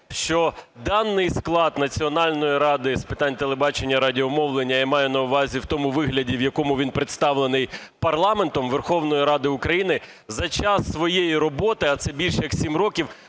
що даний склад Національної ради з питань телебачення і радіомовлення, я маю на увазі в тому вигляді, в якому він представлений парламентом Верховної Ради України, за час своєї роботи, а це більше як 7 років,